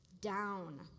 down